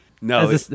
no